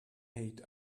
hate